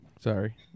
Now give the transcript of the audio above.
Sorry